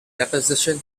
deposition